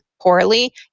poorly